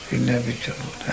inevitable